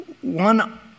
One